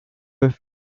both